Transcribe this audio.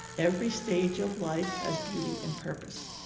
every stage of life as beauty and purpose.